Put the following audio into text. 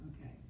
okay